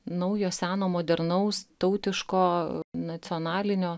naujo seno modernaus tautiško nacionalinio